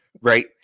Right